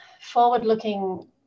forward-looking